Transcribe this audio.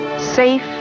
Safe